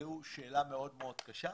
זו שאלה מאוד קשה.